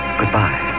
goodbye